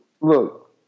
Look